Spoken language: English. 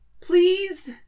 Please